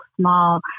small